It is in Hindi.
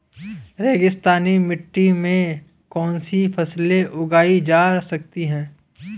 रेगिस्तानी मिट्टी में कौनसी फसलें उगाई जा सकती हैं?